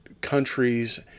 countries